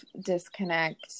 disconnect